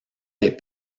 les